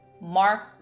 Mark